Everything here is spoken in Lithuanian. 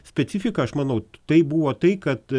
specifiką aš manau tai buvo tai kad